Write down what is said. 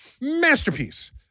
Masterpiece